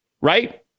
Right